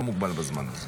אתה לא מוגבל בזמן.